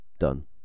done